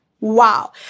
wow